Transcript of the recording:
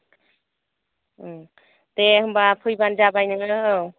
दे होमबा फैबानो जाबाय नोङो औ